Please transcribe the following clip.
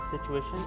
situation